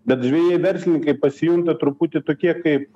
bet žvejai verslininkai pasijunta truputį tokie kaip